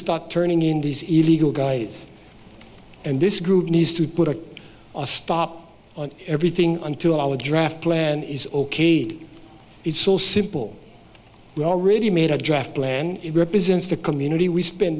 start turning in these illegal guys and this group needs to put a stop on everything until our draft plan is okayed it's so simple we already made a draft plan it represents the community we spen